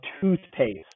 toothpaste